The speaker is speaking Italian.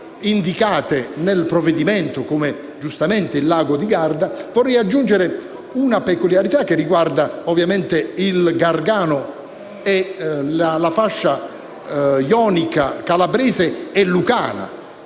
indicate nel provvedimento, come giustamente il lago di Garda, vorrei aggiungere una peculiarità che riguarda il Gargano e la fascia ionica pugliese e lucana,